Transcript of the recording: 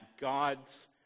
God's